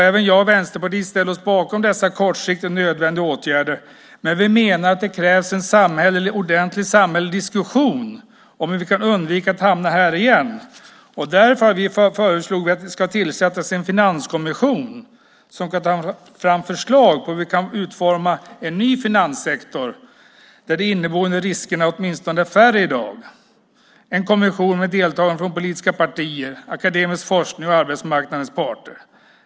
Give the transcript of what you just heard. Även jag och Vänsterpartiet ställer oss bakom dessa kortsiktiga och nödvändiga åtgärder, men vi menar att det krävs en ordentlig samhällelig diskussion om hur vi kan undvika att hamna här igen. Därför föreslog vi att det ska tillsättas en finanskommission som ska ta fram förslag på hur vi kan utforma en ny finanssektor där de inneboende riskerna åtminstone är färre än i dag - en kommission med deltagande från politiska partier, akademisk forskning och arbetsmarknadens parter.